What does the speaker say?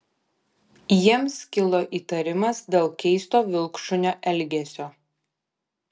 jiems kilo įtarimas dėl keisto vilkšunio elgesio